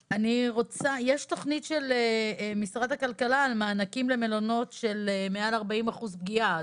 יש תוכנית של משרד הכלכלה על מענקים למלונות במקרה של מעל 40% פגיעה.